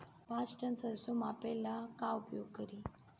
पाँच टन सरसो मापे ला का उपयोग करी?